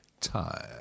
time